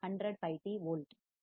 65 sin 100 πt volt